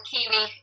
Kiwi